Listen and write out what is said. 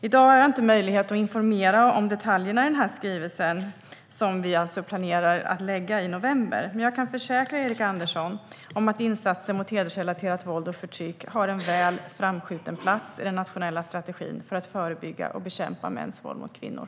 I dag har jag inte möjlighet att informera om detaljerna i denna skrivelse, som vi alltså planerar att lägga fram i november, men jag kan försäkra Erik Andersson om att insatser mot hedersrelaterat våld och förtryck har en väl framskjuten plats i den nationella strategin för att förebygga och bekämpa mäns våld mot kvinnor.